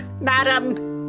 madam